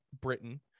Britain